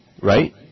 Right